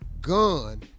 gun